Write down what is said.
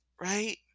Right